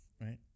right